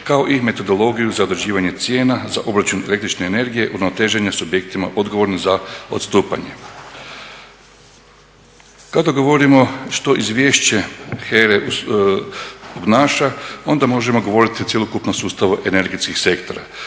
kao i metodologiju za određivanje cijena za obračun električne energije na … subjektima odgovornim za odstupanje. Kada govorimo što izvješće HERA-e donosi onda možemo govoriti o cjelokupnom sustavu energetskih sektora.